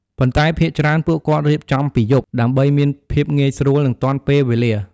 ប៉ុន្តែភាគច្រើនពួកគាត់រៀបចំពីយប់ ដើម្បីមានភាពងាយស្រួលនិងទាន់ពេលវេលា។